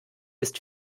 ist